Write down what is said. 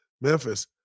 Memphis